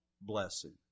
blessing